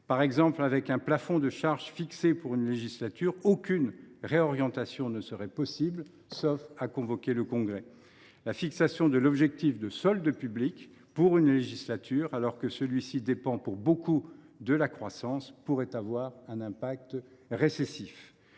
Par exemple, avec un plafond de charge fixé pour une législature, aucune réorientation ne serait possible sauf à convoquer le Congrès. La fixation de l’objectif de solde public pour une législature, alors que celui ci dépend pour beaucoup de la croissance, pourrait avoir un impact récessif.